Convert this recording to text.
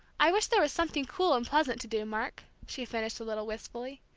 i wish there was something cool and pleasant to do, mark, she finished a little wistfully.